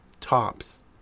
tops